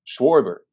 Schwarber